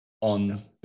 on